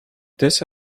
this